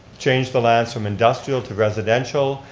change the land from industrial to residential,